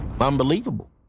Unbelievable